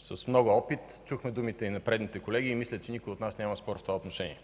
с много опит – чухме думите и на предните колеги, и мисля, че никой от нас няма спор в това отношение.